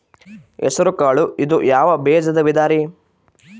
ಹೆಸರುಕಾಳು ಇದು ಯಾವ ಬೇಜದ ವಿಧರಿ?